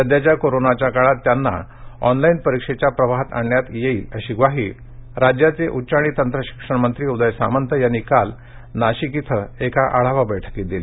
सध्याच्या कोरोनाच्या काळात त्यांना ऑनलाईन परीक्षेच्या प्रवाहात आणण्यात येईल अशी म्वाही राज्याचे उच्च आणि तंत्रशिक्षण मंत्री उदय सामंत यांनी काल नाशिक इथं एका आढावा बैठकीत दिली